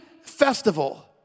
festival